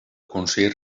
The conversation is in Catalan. consell